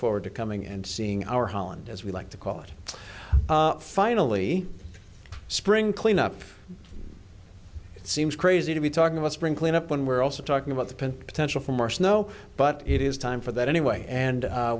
forward to coming and seeing our holland as we like to call it finally spring cleanup it seems crazy to be talking about spring clean up when we're also talking about the potential for more snow but it is time for that anyway and